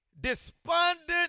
despondent